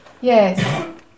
Yes